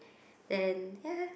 and yeah